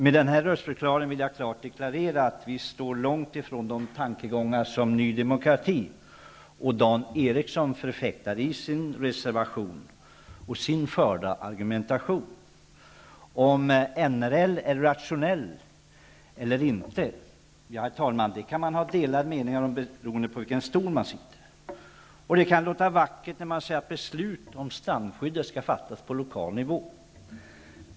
Med denna röstförklaring vill jag klart deklarera att vi står långt ifrån de tankegångar som Ny demokrati och Dan Eriksson förfäktar i sin reservation och i sin förda argumentation. Om NRL är rationell eller inte kan man ha delade meningar om beroende på vilken stol man sitter på. Det kan låta vackert när man säger att beslut om strandskyddet skall fattas på lokal nivå.